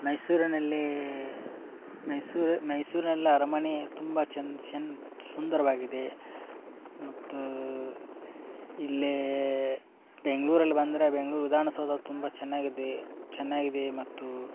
ಮೈಸೂರಿನಲ್ಲಿ ಮೈಸೂರು ಮೈಸೂರ್ನಲ್ಲಿ ಅರಮನೆ ತುಂಬ ಚನ್ ಚನ್ ಸುಂದರವಾಗಿದೆ ಮತ್ತು ಇಲ್ಲೇ ಬೆಂಗ್ಳೂರಲ್ಲಿ ಬಂದರೆ ಬೆಂಗ್ಳುರು ವಿಧಾನಸೌಧ ತುಂಬಾ ಚೆನ್ನಾಗಿದೆ ಚೆನ್ನಾಗಿದೆ ಮತ್ತು